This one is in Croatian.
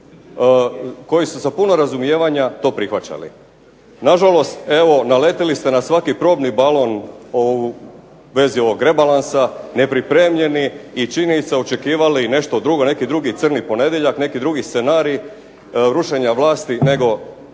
koji su sa puno razumijevanja to prihvaćali. Na žalost, evo naletili ste na svaki probni balon u vezi ovog rebalansa nepripremljeni i činjenica očekivali nešto drugo, neki drugi crni ponedjeljak, neki drugi scenarij rušenja vlasti nego